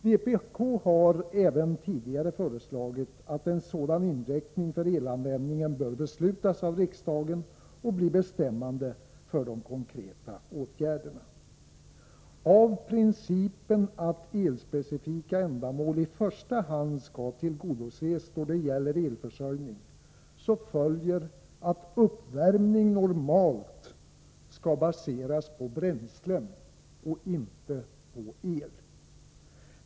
Vpk har även tidigare uttalat att en sådan inriktning för elanvändningen bör beslutas av riksdagen och bli bestämmande för de konkreta åtgärderna. Av principen att elspecifika ändamål i första hand skall tillgodoses då det gäller elförsörjning följer att uppvärmning normalt skall baseras på bränslen och inte på el.